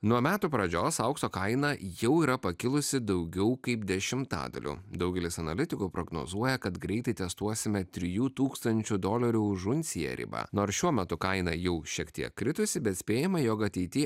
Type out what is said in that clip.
nuo metų pradžios aukso kaina jau yra pakilusi daugiau kaip dešimtadaliu daugelis analitikų prognozuoja kad greitai testuosime trijų tūkstančių dolerių už unciją ribą nors šiuo metu kaina jau šiek tiek kritusi bet spėjama jog ateity